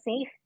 safe